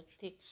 thick